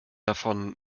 davon